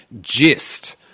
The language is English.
gist